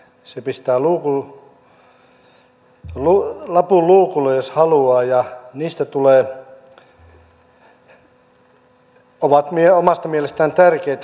se pistää lapun luukulle jos haluaa ja ne ovat omasta mielestään tärkeitä